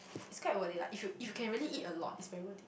it's quite worth it lah if you if you can really eat a lot it's very worth it